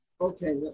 Okay